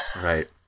Right